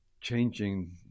changing